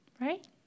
Right